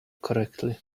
correctly